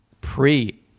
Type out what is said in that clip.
pre